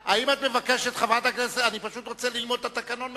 אני פשוט רוצה ללמוד את התקנון מחדש.